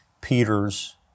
Peter's